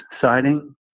siding